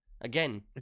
Again